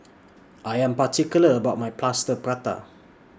I Am particular about My Plaster Prata